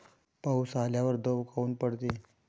पाऊस आल्यावर दव काऊन पडते?